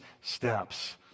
steps